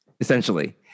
Essentially